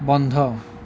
বন্ধ